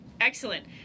Excellent